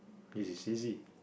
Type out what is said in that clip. this is easy